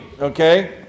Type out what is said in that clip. Okay